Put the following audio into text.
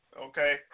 Okay